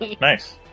Nice